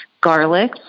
garlic